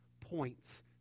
points